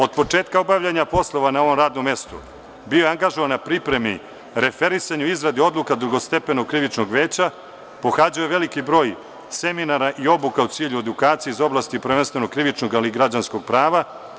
Od početka obavljanja poslova na ovom radnom mestu bio je angažovan na pripremi, referisanju, izradi odluka Drugostepenog krivičnog veća, pohađao je veliki broj seminara i obuka u cilju edukacija iz oblasti prvenstveno krivičnog ali i građanskog prava.